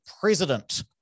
president